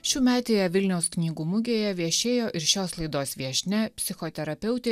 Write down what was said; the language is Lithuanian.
šiųmetėje vilniaus knygų mugėje viešėjo ir šios laidos viešnia psichoterapeutė